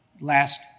last